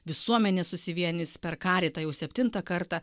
visuomenė susivienys per karitą jau septintą kartą